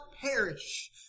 perish